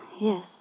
Yes